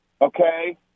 okay